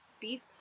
beef